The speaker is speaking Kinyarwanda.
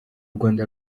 rwanda